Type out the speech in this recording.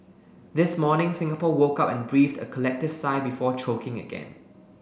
this morning Singapore woke up and breathed a collective sigh before choking again